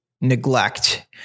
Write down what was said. neglect